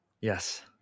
Yes